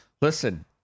Listen